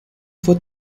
fue